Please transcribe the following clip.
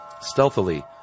Stealthily